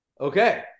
Okay